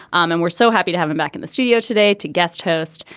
um and we're so happy to have him back in the studio today to guest host.